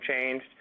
changed